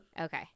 Okay